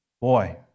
Boy